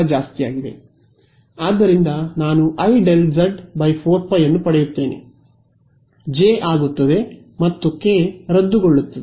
ಆದ್ದರಿಂದ ನಾನು IΔz 4π ಅನ್ನು ಪಡೆಯುತ್ತೇನೆ ಜೆ ಆಗುತ್ತದೆ ಮತ್ತು ಕೆ ರದ್ದುಗೊಳ್ಳುತ್ತದೆ